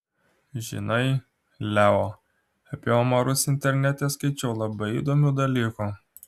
žinai leo apie omarus internete skaičiau labai įdomių dalykų